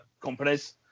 companies